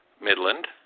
Midland